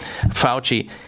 Fauci